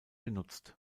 genutzt